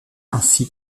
ainsi